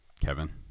Kevin